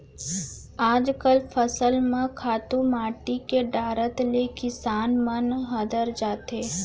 आजकल फसल म खातू माटी के डारत ले किसान मन हदर जाथें